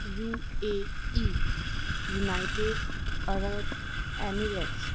U A E United Arab Emirates